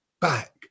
back